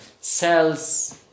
cells